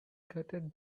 gutted